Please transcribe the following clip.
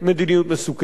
מדיניות מסוכנת.